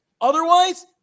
Otherwise